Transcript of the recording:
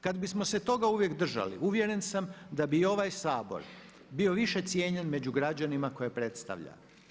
Kad bismo se uvijek toga držali uvjeren sam da bi ovaj Sabor bio više cijenjen među građanima koje predstavlja.